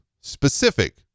specific